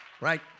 right